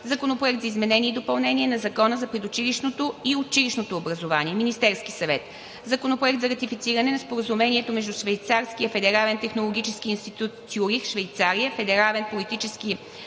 Законопроект за изменение и допълнение на Закона за предучилищното и училищното образование. Вносител – Министерският съвет. Законопроект за ратифициране на Споразумението между Швейцарския федерален технологически институт „Цюрих – Швейцария“, Федерален политехнически институт